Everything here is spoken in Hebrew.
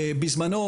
בזמנו,